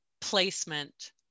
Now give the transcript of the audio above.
placement